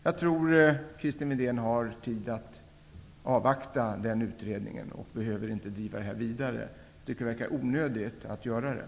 Jag tror att Christer Windén har tid att avvakta den utredningen och inte behöver driva detta vidare. Jag tycker att det verkar onödigt att göra det.